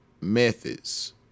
methods